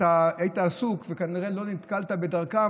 אתה היית עסוק וכנראה לא נתקלת בדרכם,